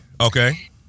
Okay